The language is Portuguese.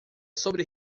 sobre